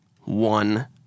one